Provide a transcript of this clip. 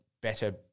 better